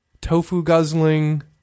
tofu-guzzling